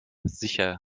sicher